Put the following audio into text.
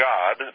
God